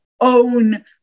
own